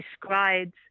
describes